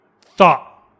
thought